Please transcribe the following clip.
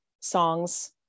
songs